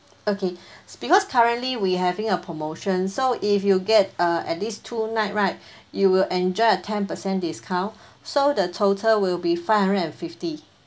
okay because currently we having a promotion so if you will get uh at least two night right you will enjoy a ten percent discount so the total will be five hundred and fifty